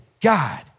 God